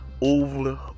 over